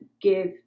give